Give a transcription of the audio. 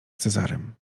cezarym